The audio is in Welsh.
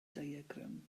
diagram